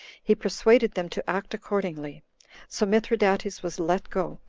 he persuaded them to act accordingly so mithridates was let go.